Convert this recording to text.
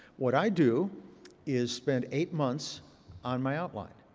what i do is spend eight months on my outline.